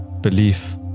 belief